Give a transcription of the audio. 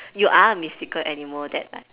you are a mystical animal that like